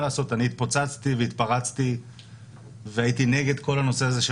לעשות אני התפוצצתי והתפרצתי והייתי נגד כל הנושא הזה של